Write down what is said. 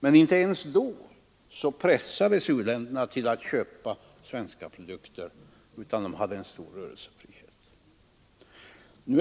Men inte ens då pressas u-länderna till att köpa svenska produkter utan har fortfarande en stor rörelsefrihet.